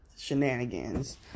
shenanigans